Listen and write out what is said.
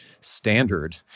standard